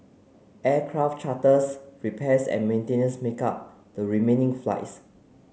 aircraft charters repairs and maintenance make up the remaining flights